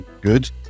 good